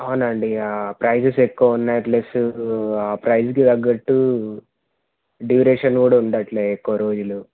అవునండి ప్రైజెస్ ఎక్కువ ఉన్నాయి ప్లస్ ఆ ప్రైజ్కి తగ్గట్టు డ్యూరేషన్ కూడా ఉండట్లేదు ఎక్కువ రోజులు